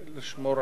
לשמור על המפעל.